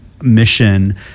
mission